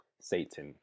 Satan